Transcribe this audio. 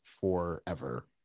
forever